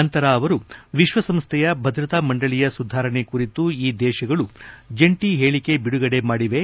ನಂತರ ಅವರು ವಿಶ್ವಸಂಸ್ಥೆಯ ಭದ್ರತಾ ಮಂಡಳಿಯ ಸುಧಾರಣೆ ಕುರಿತು ಈ ದೇಶಗಳ ಜಂಟ ಪೇಳಿಕೆ ಬಿಡುಗಡೆ ಮಾಡಿವೆ